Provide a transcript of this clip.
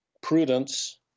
prudence